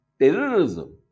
terrorism